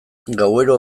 gauero